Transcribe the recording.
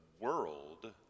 world